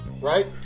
right